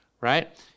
right